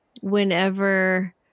Whenever